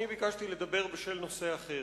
אני ביקשתי לדבר בשל נושא אחר.